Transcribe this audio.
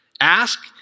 Ask